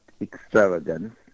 extravagance